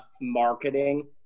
marketing